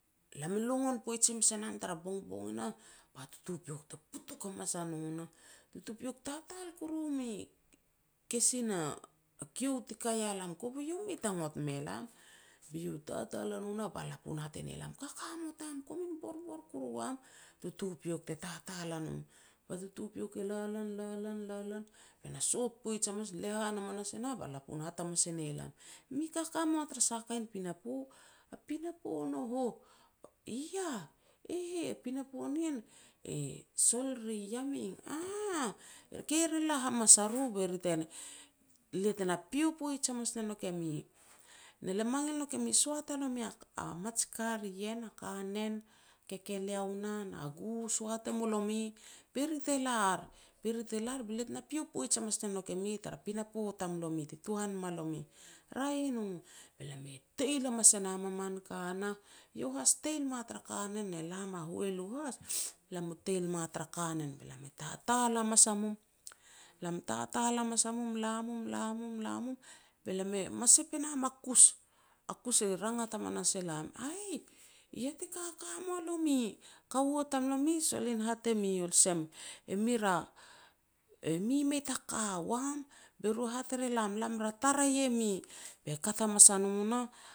lam longon poij hamas a nam tara bongbong e nah, ba tutupiok te putuk hamas a no nah. Tutupiok e tatal kuru me kisin a kiu ti kaia lam, kove iau mei ta ngot me lam. Be iau e tatal a no nah ba lapun e hat e ne lam", "Kakamot am komin borbor kuru am, tutupiok te tatal a no." Ba tutupiok e la lan, la lan, la lan, be na sot poij hamanas lehan hamanas e nah ba lapun e hat hamas e ne lam. "Mi kaka mua tara sa kain pinapo", "A pinapo ne hoh", "I yah", "E heh", "Sol ri Yameng", "Aah, ke ri la hamas a ru be lia te na pio poij hamas ne nouk e mi, ne lia mangil nouk me soat e nomi a maj ka ri ien, a kanen, kekeleo nah na gu soat e mu lomi, be ri te lar. Be ri te lar be lia te na pio poij hamas ne nouk e mi tara pinapo tamlomi ti tuhan ma lomi." "Raeh i no." Be lam e teil hamas e nam a man ka nah, iau has teil ma tara kanen, ne lam a hualu has lam mu teil ma tara kanen. Be lam e tatal hamas a mum, lam tatal hamas a mum, la mum, la mum, la mum be lam ma sep e nam a kus. A kus e rangat hamanas elam, "Aih, i yah te kaka mua lomi, kaua tamlomi e solen hat e mi olsem, emi ra emi mei ta ka wam, be ru hat er e lam lam ra tarei e mi." Be kat hamas a no nah